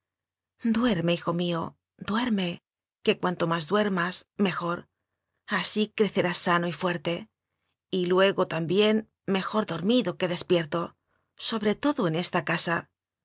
duerme hijo mío duer me que cuanto más duermas mejor así crecerás sano y fuerte y luego también me jor dormido que despierto sobre todo en esta casa